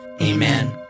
Amen